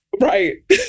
Right